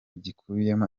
gikubiyemo